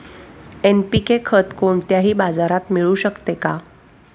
NPK खत कोणत्याही बाजारात मिळू शकते का?